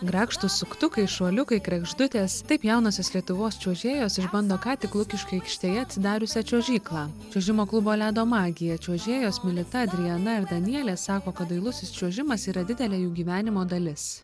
grakštūs suktukai šuoliukai kregždutės taip jaunosios lietuvos čiuožėjos išbando ką tik lukiškių aikštėje atsidariusią čiuožyklą čiuožimo klubo ledo magija čiuožėjos milita adriana ir danielė sako kad dailusis čiuožimas yra didelė jų gyvenimo dalis